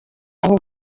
aho